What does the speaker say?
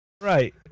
right